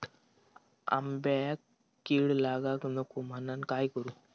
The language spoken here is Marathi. आंब्यक कीड लागाक नको म्हनान काय करू?